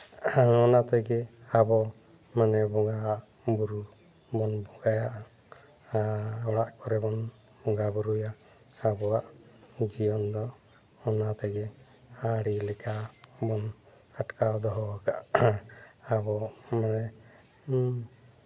ᱚᱱᱟ ᱛᱮᱜᱮ ᱟᱵᱚ ᱵᱚᱸᱜᱟᱣᱟᱜ ᱵᱚᱸᱜᱟᱼᱵᱳᱨᱳ ᱵᱚᱱ ᱵᱚᱸᱜᱟᱭᱟ ᱚᱲᱟᱜ ᱠᱚᱨᱮ ᱵᱚᱱ ᱵᱚᱸᱜᱟᱼᱵᱳᱨᱳᱭᱟ ᱟᱵᱚᱣᱟᱜ ᱡᱤᱭᱚᱱ ᱫᱚ ᱚᱱᱟ ᱛᱮᱜᱮ ᱟᱹᱰᱤ ᱞᱮᱠᱟ ᱵᱚᱱ ᱟᱴᱠᱟᱨ ᱫᱚᱦᱚ ᱟᱠᱟᱜᱼᱟ ᱟᱵᱚ ᱢᱟᱱᱮ ᱤᱧ